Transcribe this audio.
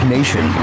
Nation